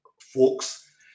folks